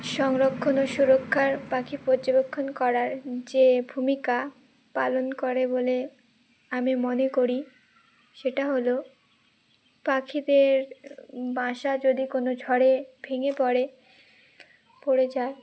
সংরক্ষণ ও সুরক্ষার পাখি পর্যবেক্ষণ করার যে ভূমিকা পালন করে বলে আমি মনে করি সেটা হলো পাখিদের বাসা যদি কোনো ঝড়ে ভেঙে পড়ে পড়ে যায়